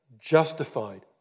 justified